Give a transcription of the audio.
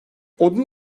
odun